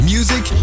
Music